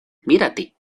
mírate